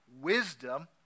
wisdom